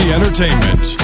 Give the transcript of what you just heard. Entertainment